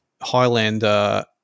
highlander